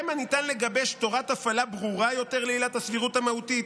שמה ניתן לגבש תורת הפעלה ברורה יותר לעילת הסבירות המהותית?